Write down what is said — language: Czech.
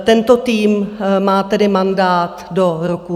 Tento tým má tedy mandát do roku 2025.